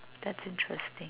that's interesting